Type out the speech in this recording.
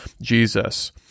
Jesus